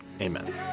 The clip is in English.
Amen